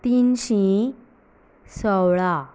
तिनशीं सोळा